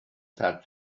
that